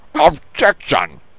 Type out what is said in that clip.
Objection